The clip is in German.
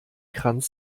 kranz